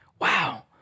Wow